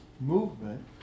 movement